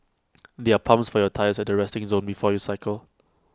there are pumps for your tyres at the resting zone before you cycle